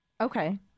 Okay